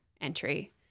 entry